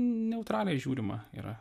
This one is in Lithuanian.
neutraliai žiūrima yra